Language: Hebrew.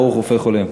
ברוך רופא חולים.